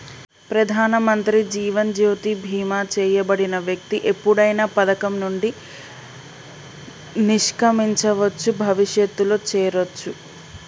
ప్రధానమంత్రి జీవన్ జ్యోతి బీమా చేయబడిన వ్యక్తి ఎప్పుడైనా పథకం నుండి నిష్క్రమించవచ్చు, భవిష్యత్తులో చేరొచ్చు